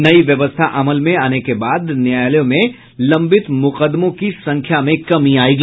नई व्यवस्था अमल में आने के बाद न्यायालयों में लंबित मुकदमों की संख्या में कमी आयेगी